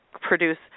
produce